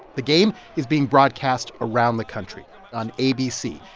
the game is being broadcast around the country on abc,